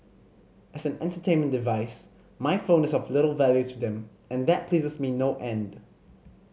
as an entertainment device my phone is of little value to them and that pleases me no end